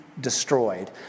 destroyed